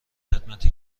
خدمتی